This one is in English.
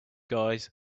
guys